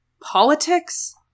politics